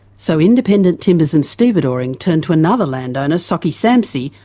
so independent timbers and stevedoring turned to another landowner, soki samisi,